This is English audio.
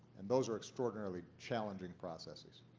and those are extraordinarily challenging processes.